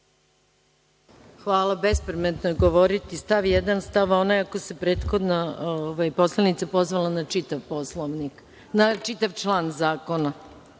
Hvala.